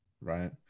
right